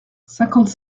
cinquante